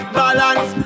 balance